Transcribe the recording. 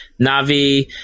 Navi